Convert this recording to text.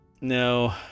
No